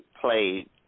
played